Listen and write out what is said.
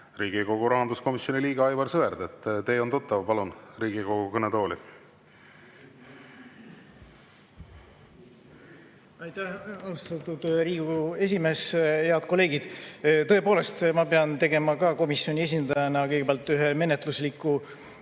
Riigikogu rahanduskomisjoni liige Aivar Sõerd. Tee on tuttav, palun Riigikogu kõnetooli. Aitäh, austatud Riigikogu esimees! Head kolleegid! Tõepoolest, ma pean tegema ka komisjoni esindajana kõigepealt ühe menetlusliku